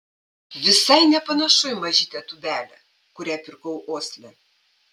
visai nepanašu į mažytę tūbelę kurią pirkau osle